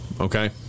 okay